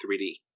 3D